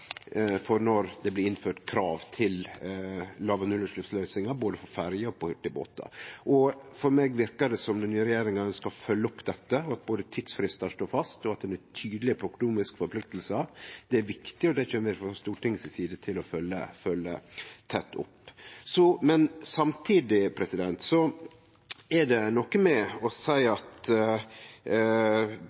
for når det blir innført krav til låg- og nullutsleppsløysingar både for ferjer og hurtigbåtar. For meg verkar det som om den nye regjeringa ønskjer å følgje opp dette, at både tidsfristar står fast, og at ein er tydeleg på økonomiske forpliktingar. Det er viktig, og det kjem vi frå Stortinget si side til å følgje tett opp. Samtidig må ein seie at det krev ikkje berre pengar, men